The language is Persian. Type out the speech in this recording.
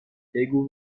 بگو